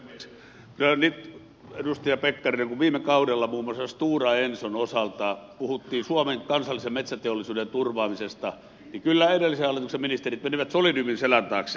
kyllä nyt edustaja pekkarinen kun viime kaudella muun muassa stora enson osalta puhuttiin suomen kansallisen metsäteollisuuden turvaamisesta niin kyllä edellisen hallituksen ministerit menivät solidiumin selän taakse